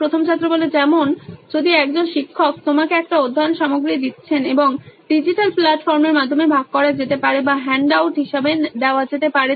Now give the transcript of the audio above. প্রথম ছাত্র যেমন যদি একজন শিক্ষক আপনাকে একটি অধ্যয়ন সামগ্রী দিচ্ছেন এবং এটি ডিজিটাল প্ল্যাটফর্মের মাধ্যমে ভাগ করা যেতে পারে বা হ্যান্ডআউট হিসাবে দেওয়া যেতে পারে